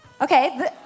okay